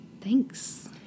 Thanks